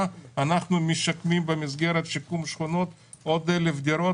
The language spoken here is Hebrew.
אנחנו משקמים במסגרת שיקום שכונות עוד 1,000 דירות,